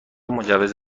مجوز